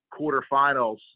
quarterfinals